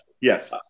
yes